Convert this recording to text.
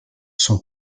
sont